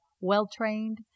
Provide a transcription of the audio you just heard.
well-trained